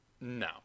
No